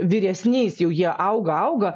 vyresniais jau jie auga auga